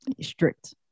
strict